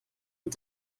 mit